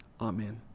Amen